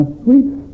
sweet